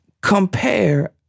Compare